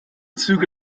züge